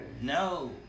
No